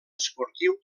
esportiu